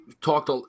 talked